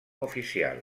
oficial